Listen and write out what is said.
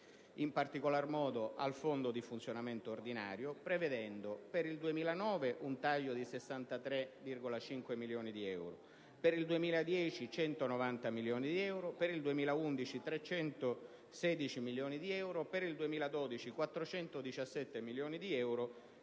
in particolar modo al Fondo di funzionamento ordinario, prevedendo un taglio di 63,5 milioni di euro per il 2009, di 190 milioni di euro per il 2010, di 316 milioni di euro per il 2011, di 417 milioni di euro